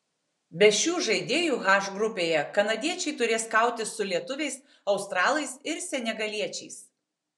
be šių žaidėjų h grupėje kanadiečiai turės kautis su lietuviais australais ir senegaliečiais